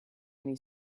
many